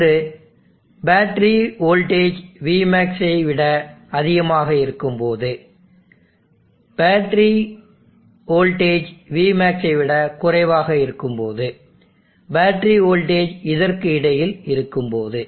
ஒன்று battery voltage Vmax விட அதிகமாக இருக்கும்போது பேட்டரி வோல்டேஜ் Vmaxவிட குறைவாக இருக்கும்போது பேட்டரி வோல்டேஜ் இதற்கு இடையில் இருக்கும்போது